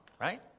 right